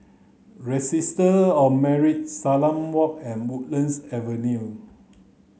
Registry of Marriage Salam Walk and Woodlands Avenue